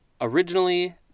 originally